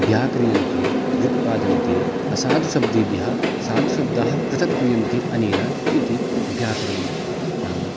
व्याक्रियन्ते व्युत्पद्यन्ते असाधुः शब्देभ्यः साधुः शब्दाः पृथक्क्रियन्ते अनेन इति व्याकरणं नाम